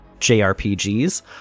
JRPGs